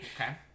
okay